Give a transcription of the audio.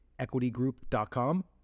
EquityGroup.com